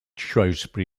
shrewsbury